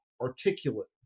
articulate